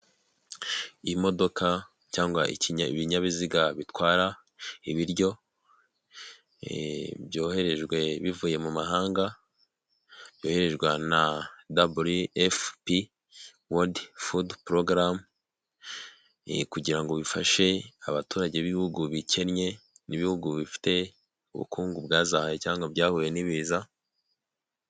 Imodoka cyangwa ibinyabinyabiziga bitwara ibiryo byoherejwe bivuye mu mahanga byoherejwe na wfp wodi fudu porogaramu kugirango ngo bifashe abaturage b'ibihugu bikennye n'ibihugu bifite ubukungu bwazahaye cyangwa byahuye n'ibiza.